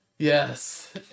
Yes